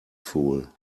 fool